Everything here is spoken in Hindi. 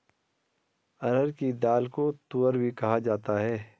अरहर की दाल को तूअर भी कहा जाता है